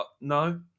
No